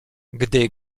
gdy